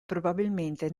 probabilmente